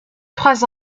trois